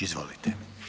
Izvolite.